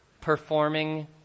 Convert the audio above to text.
performing